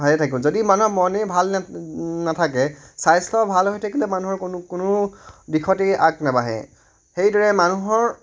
ভালে থাকিব যদি মানুহৰ মনেই ভাল নে নাথাকে স্বাস্থ্য ভাল হৈ থাকিলে মানুহৰ কোনো কোনো দিশতেই আগ নেবাঢ়ে সেইদৰে মানুহৰ